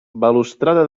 balustrada